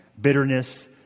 bitterness